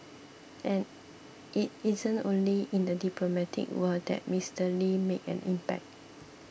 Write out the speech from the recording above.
and it isn't only in the diplomatic world that Mister Lee made an impact